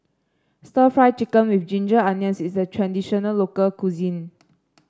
stir Fry Chicken with Ginger Onions is a traditional local cuisine